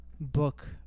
book